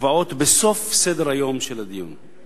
נקבעות בסוף סדר-היום, בסוף הדיון.